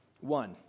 One